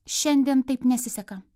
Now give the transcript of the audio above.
šiandien taip nesiseka